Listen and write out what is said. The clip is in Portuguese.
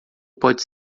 pode